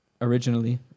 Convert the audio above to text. originally